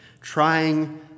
trying